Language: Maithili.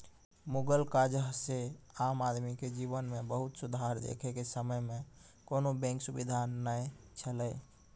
मुगल काजह से आम आदमी के जिवन मे बहुत सुधार देखे के समय मे कोनो बेंक सुबिधा नै छैले